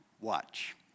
watch